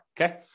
okay